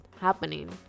happening